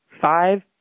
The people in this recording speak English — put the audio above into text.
five